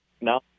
no